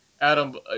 Adam